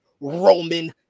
Roman